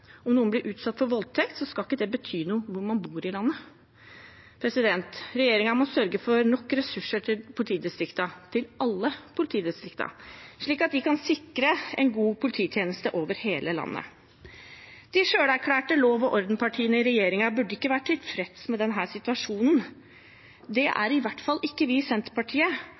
Om noen blir utsatt for voldtekt, skal det ikke bety noe hvor i landet man bor. Regjeringen må sørge for nok ressurser til politidistriktene, til alle politidistriktene, slik at vi kan sikre en god polititjeneste over hele landet. De selverklærte lov og orden-partiene i regjeringen burde ikke være tilfreds med denne situasjonen. Det er i hvert fall ikke vi i Senterpartiet,